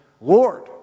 Lord